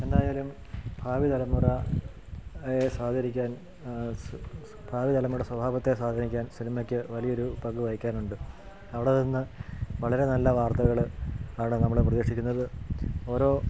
എന്തായാലും ഭാവി തലമുറയെ സ്വാധീനിക്കാൻ സ് ഭാവി തലമുറ സ്വഭാവത്തെ സ്വാധീനിക്കാൻ സിനിമയ്ക്ക് വലിയൊരു പങ്ക് വഹിക്കാനുണ്ട് അവിടെ നിന്ന് വളരെ നല്ല വാർത്തകൾ ആണ് നമ്മൾ പ്രതീക്ഷിക്കുന്നത് ഓരോ